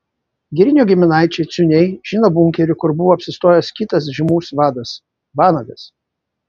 girinio giminaičiai ciuniai žino bunkerį kur buvo apsistojęs kitas žymus vadas vanagas